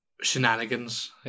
shenanigans